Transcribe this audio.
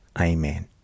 Amen